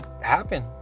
happen